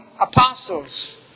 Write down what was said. apostles